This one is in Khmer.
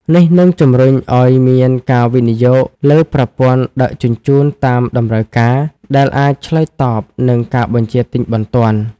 នេះនឹងជំរុញឱ្យមានការវិនិយោគលើប្រព័ន្ធដឹកជញ្ជូនតាមតម្រូវការ ដែលអាចឆ្លើយតបនឹងការបញ្ជាទិញបន្ទាន់។